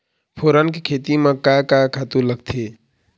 फोरन के खेती म का का खातू लागथे?